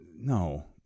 No